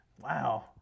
Wow